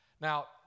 now